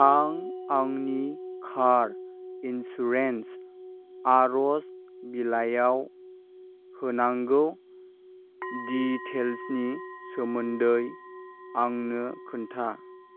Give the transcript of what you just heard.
आं आंनि car insurance आरज बिलाइयाव होनांगौ दिटेल्सनि सोमोन्दै आंनो खोन्था